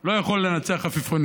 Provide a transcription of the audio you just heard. הוא לא יכול לנצח עפיפונים.